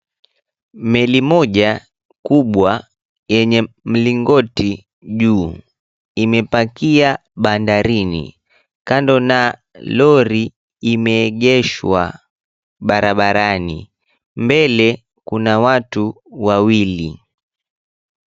Meli moja kubwa yenye mlingoti juu imepakia bandarini kando na lori imeegeshwa barabarani, mbele kuna watu wawili.